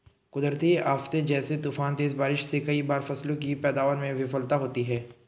कुदरती आफ़ते जैसे तूफान, तेज बारिश से कई बार फसलों की पैदावार में विफलता होती है